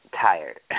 tired